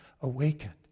awakened